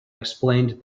explained